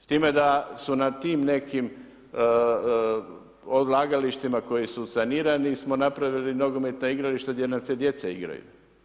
S time da su na tim nekim odlagalištima koji su sanirani smo napravili nogometna igrališta gdje nam se djeca igraju.